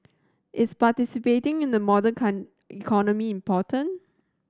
is participating in a modern economy important